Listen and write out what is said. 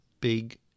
Big